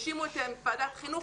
האשימו את ועדת החינוך,